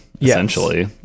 essentially